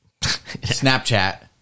Snapchat